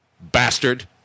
Bastard